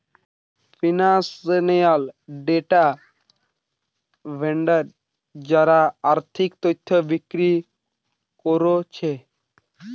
financial data vendor যারা আর্থিক তথ্য বিক্রি কোরছে